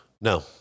No